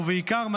ובעיקר,